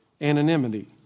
anonymity